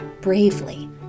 bravely